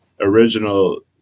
original